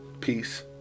peace